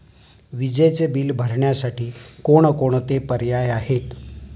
विजेचे बिल भरण्यासाठी कोणकोणते पर्याय आहेत?